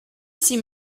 seem